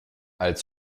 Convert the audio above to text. als